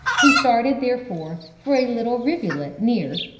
he started, therefore, for a little rivulet near,